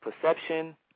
perception